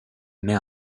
met